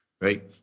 right